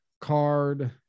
card